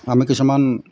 আমি কিছুমান